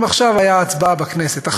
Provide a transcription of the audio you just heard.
אם עכשיו הייתה הצבעה בכנסת,